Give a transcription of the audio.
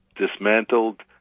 dismantled